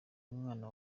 umwana